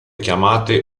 chiamate